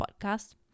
podcast